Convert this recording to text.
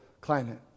climate